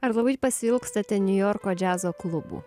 ar labai pasiilgstate niujorko džiazo klubų